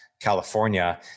California